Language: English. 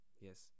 yes